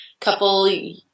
couple